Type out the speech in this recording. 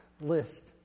list